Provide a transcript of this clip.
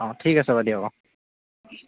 অঁ ঠিক আছে হ'ব দিয়ক অঁ